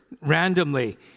randomly